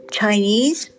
Chinese